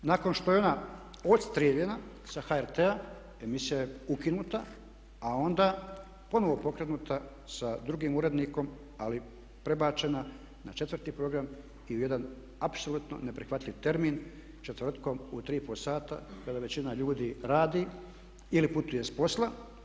Nakon što je ona odstrijeljena sa HRT-a emisija je ukinuta a onda ponovno pokrenuta sa drugim urednikom ali prebačena na četvrti program i u jedan apsolutno neprihvatljiv termin, četvrtkom u 15,30 sata kada većina ljudi radi ili putuju s posla.